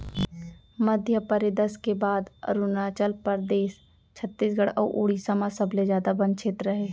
मध्यपरेदस के बाद अरूनाचल परदेस, छत्तीसगढ़ अउ उड़ीसा म सबले जादा बन छेत्र हे